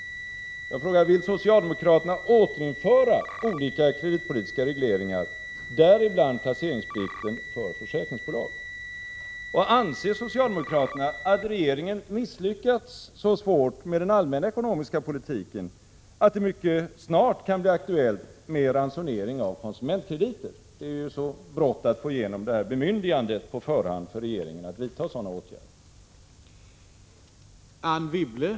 Jag frågar alltså: Vill socialdemokraterna återinföra olika kreditpolitiska regleringar, däribland placeringsplikten för försäkringsbolag? Och anser socialdemokraterna att regeringen misslyckats så svårt med den allmänna ekonomiska politiken att det mycket snart kan bli aktuellt med ransonering av konsumentkrediter? Det är ju så bråttom med att få igenom detta bemyndigande på förhand för regeringen att vidta sådana åtgärder.